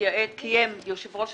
וקיום ישיבה